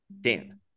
Dan